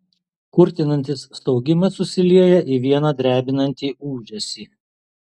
kurtinantis staugimas susilieja į vieną drebinantį ūžesį